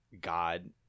God